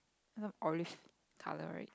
not orange colour right